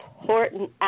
important